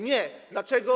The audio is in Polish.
Nie. Dlaczego?